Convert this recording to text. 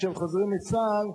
כשהם חוזרים מצה"ל,